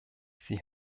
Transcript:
sie